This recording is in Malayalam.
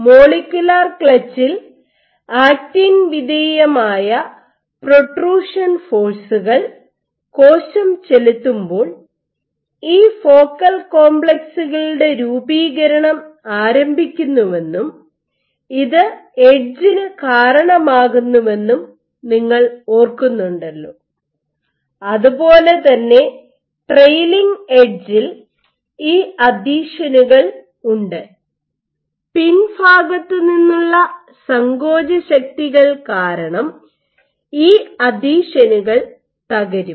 മോളിക്യൂലാർ ക്ലച്ചിൽ ആക്റ്റിൻ വിധേയമായ പ്രൊട്രുഷൻ ഫോഴ്സുകൾ കോശം ചെലുത്തുമ്പോൾ ഈ ഫോക്കൽ കോംപ്ലക്സുകളുടെ രൂപീകരണം ആരംഭിക്കുന്നുവെന്നും ഇത് എഡ്ജിനു കാരണമാകുന്നുവെന്നും നിങ്ങൾ ഓർക്കുന്നുണ്ടല്ലോ അതുപോലെ തന്നെ ട്രെയ്ലിങ് എഡ്ജിൽ ഈ അഥീഷനുകൾ ഉണ്ട് പിൻഭാഗത്തു നിന്നുള്ള സങ്കോച ശക്തികൾ കാരണം ഈ അഥീഷനുകൾ തകരും